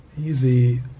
easy